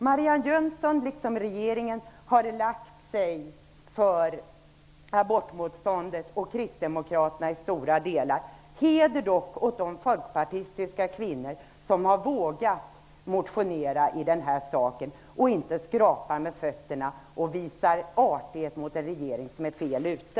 Marianne Jönsson har liksom regeringen lagt sig för abortmotståndarna och kristdemokraterna. Heder dock åt de folkpartistiska kvinnor som har vågat motionerat i den här frågan och som inte skrapar med fötterna och visar artighet mot en regering som är fel ute.